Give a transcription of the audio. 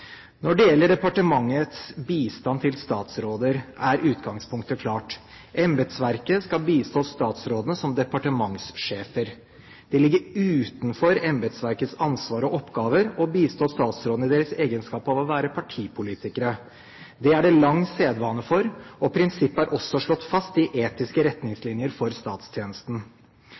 Når det er gjelder departementets bistand til statsrådene, er utgangspunktet klart: Embetsverket skal bistå statsrådene som departementssjefer. Det ligger utenfor embetsverkets ansvar og oppgaver å bistå statsrådene i deres egenskap av å være partipolitikere. Det er det lang sedvane for, og prinsippet er også slått fast i Etiske retningslinjer for statstjenesten.